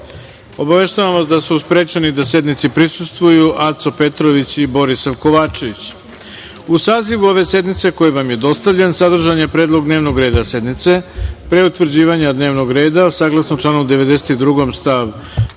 radom. Obaveštavam vas da su sprečeni da sednici prisustvuju: Aco Petrović i Borisav Kovačević.U sazivu ove sednice, koji vam je dostavljen, sadržan je predlog dnevnog reda sednice. Pre utvrđivanja dnevnog reda sednice, saglasno članu 92. stav